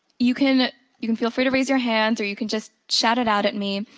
you can you can feel free to raise your hand or you can just shout it out at me.